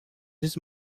his